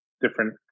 different